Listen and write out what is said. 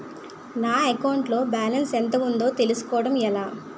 నా అకౌంట్ లో బాలన్స్ ఎంత ఉందో తెలుసుకోవటం ఎలా?